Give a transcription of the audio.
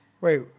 Wait